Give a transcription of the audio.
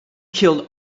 killed